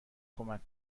کمک